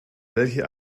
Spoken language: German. welche